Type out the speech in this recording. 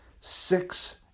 Six